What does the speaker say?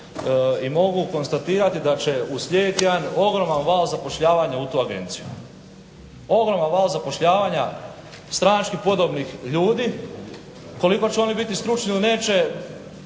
i mogu konstatirati da će uslijediti jedan ogroman val zapošljavanja u tu agenciju, ogroman val zapošljavanja stranački podobnih ljudi. Koliko će oni biti stručni ili neće